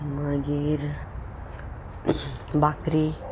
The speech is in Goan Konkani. मागीर बाकरी